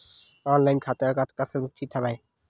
Online खाता कतका सुरक्षित हवय?